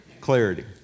clarity